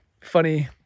funny